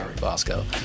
Bosco